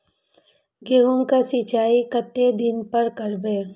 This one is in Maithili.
गेहूं का सीचाई कतेक दिन पर करबे?